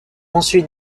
ensuite